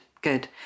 Good